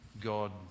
God